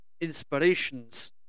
inspirations